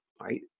right